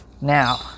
now